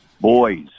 boys